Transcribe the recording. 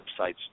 websites